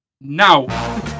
now